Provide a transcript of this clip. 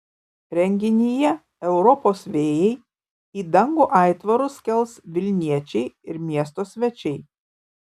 renginyje europos vėjai į dangų aitvarus kels vilniečiai ir miesto svečiai